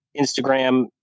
Instagram